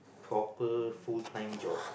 proper full time job